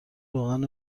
روغن